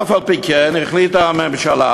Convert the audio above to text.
אף-על-פי-כן החליטה הממשלה,